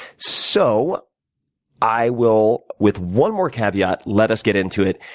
so i will, with one more caveat, let us get into it.